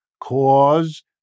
Cause